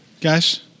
Guys